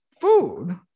food